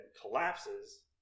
collapses